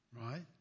right